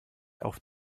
auf